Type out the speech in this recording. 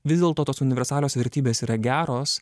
vis dėlto tos universalios vertybės yra geros